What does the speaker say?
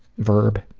verb?